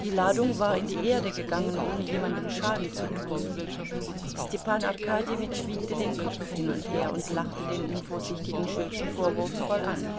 die ladung war in die erde gegangen ohne jemandem schaden zu tun stepan arkadjewitsch wiegte den kopf hin und her und lachte den unvorsichtigen schützen vorwurfsvoll an